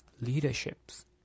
leaderships